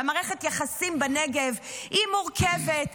כשמערכת יחסים בנגב היא מורכבת,